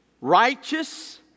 Righteous